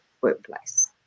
workplace